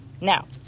now